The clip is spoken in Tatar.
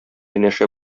янәшә